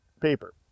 paper